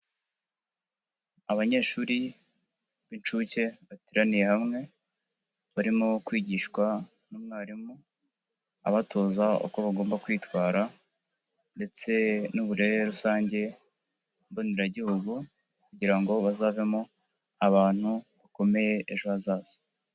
Abanyeshuri b'incuke bateraniye hamwe, barimo kwigishwa n'umwarimu abatozaho uko bagomba kwitwara ndetse n'uburere rusange mboneragihugu, kugira ngo bazavemo abantu bakomeye ejo hazaza.